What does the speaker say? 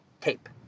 tape